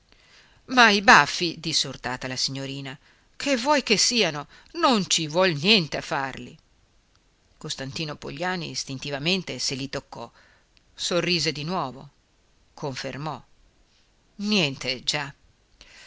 ma i baffi disse urtata la signorina che vuoi che siano non ci vuol niente a farli costantino pogliani istintivamente se li toccò sorrise di nuovo confermò niente già